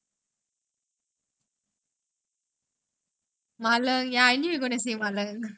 ya you see his latest the right his his part damn nice